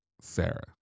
Sarah